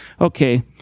Okay